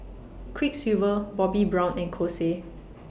Quiksilver Bobbi Brown and Kose